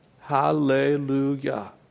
Hallelujah